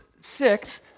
six